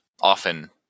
Often